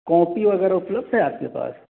copy वगैरह उपलब्ध है आपके पास